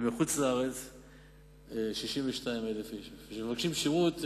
מהארץ ו-62,000 אנשים מחוץ-לארץ.